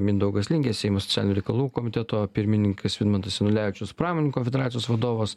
mindaugas lingė seimo socialinių reikalų komiteto pirmininkas vidmantas janulevičius pramoninkų federacijos vadovas